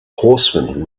horseman